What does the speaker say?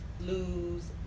lose